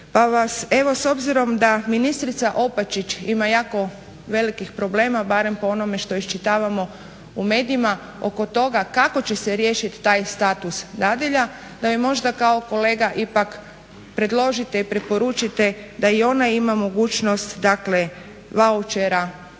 s obzirom da ministrica Opačić ima jako velikih problema barem po onome što iščitavamo u medijima oko toga kako će se riješiti taj status dadilja da mi možda kao kolega ipak predložite i preporučite da i ona ima mogućnost dakle